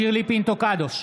שירלי פינטו קדוש,